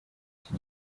iki